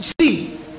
See